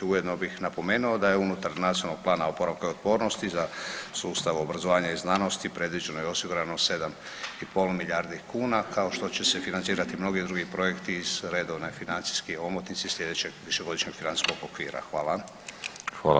Ujedno bih napomenuo da je unutar Nacionalnog plana oporavka i otpornosti za sustav obrazovanja i znanosti predviđeno i osigurano 7,5 milijardi kuna, kao što će se financirati mnogi drugi projekti iz redovne financijski omotnice sljedećeg Višegodišnjeg financijskog okvira.